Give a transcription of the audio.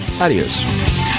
Adios